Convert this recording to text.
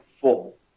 full